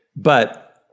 but,